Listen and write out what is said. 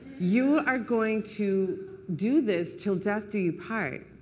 you are going to do this till death do you part.